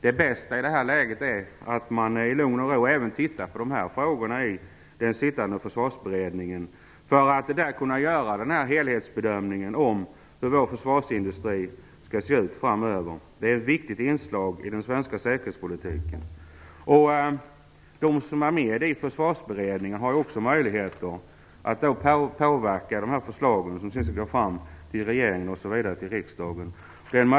Det bästa i detta läge är att den sittande försvarsberedningen i lugn och ro studerar dessa frågor, så att man där skall kunna göra en helhetsbedömning av hur vår försvarsindustri skall se ut framöver. Det är ett viktigt inslag i den svenska säkerhetspolitiken. De som är med i Försvarsberedningen har också möjligheter att påverka de förslag som skall läggas fram för regeringen och sedan föreläggas riksdagen.